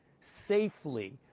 safely